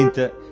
the